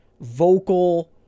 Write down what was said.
vocal